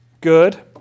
good